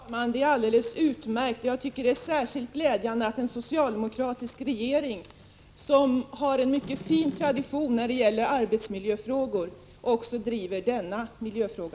Fru talman! Det är alldeles utmärkt, och särskilt glädjande är det att en socialdemokratisk regering, som har en mycket fin tradition när det gäller arbetsmiljöfrågor, driver också denna miljöfråga.